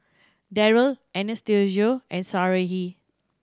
Darrell Anastacio and Sarahi